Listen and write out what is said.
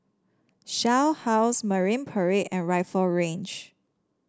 Shell House Marine Parade and Rifle Range